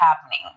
happening